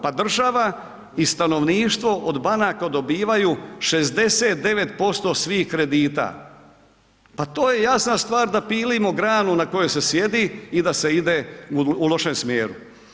Pa država i stanovništvo od banaka dobivaju 69% svih kredita, pa to je jasna stvar da pilimo granu na kojoj se sjedi i da se ide u lošem smjeru.